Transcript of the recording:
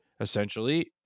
Essentially